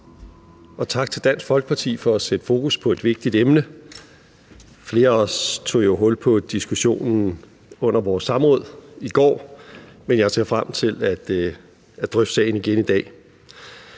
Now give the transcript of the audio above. Og tak til Dansk Folkeparti for at sætte fokus på et vigtigt emne. Flere af os tog jo hul på diskussionen under vores samråd i går, men jeg ser frem til at drøfte sagen igen i dag.